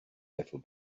little